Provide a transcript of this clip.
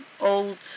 Old